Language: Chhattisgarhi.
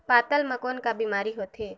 पातल म कौन का बीमारी होथे?